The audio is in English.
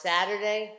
Saturday